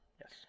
Yes